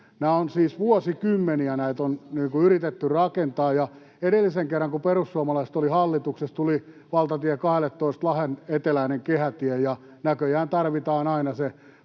Näitä on siis vuosikymmeniä yritetty rakentaa. Edellisen kerran, kun perussuomalaiset olivat hallituksessa, tuli valtatie 12:lle Lahden eteläinen kehätie, ja näköjään tarvitaan aina